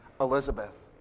Elizabeth